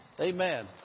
Amen